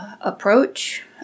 Approach